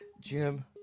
Jim